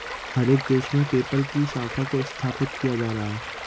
हर एक देश में पेपल की शाखा को स्थापित किया जा रहा है